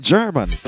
German